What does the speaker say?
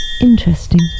Interesting